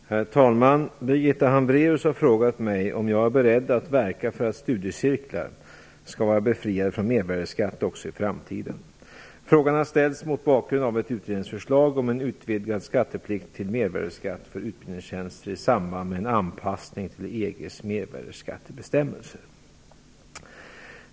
Herr talman! Birgitta Hambraeus har frågat mig om jag är beredd att verka för att studiecirklar skall vara befriade från mervärdesskatt också i framtiden. Frågan har ställts mot bakgrund av ett utredningsförslag om en utvidgad skatteplikt till mervärdesskatt för utbildningstjänster i samband en anpassning till EG:s mervärdesskattebestämmelser.